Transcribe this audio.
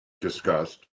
discussed